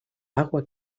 agua